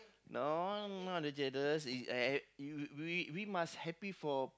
no I'm not jealous is uh uh you we we must happy for